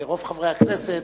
ברוב חברי הכנסת,